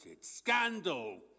Scandal